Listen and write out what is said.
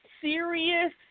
serious